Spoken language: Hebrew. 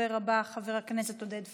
הדובר הבא, חבר הכנסת עודד פורר.